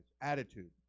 attitude